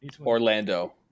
Orlando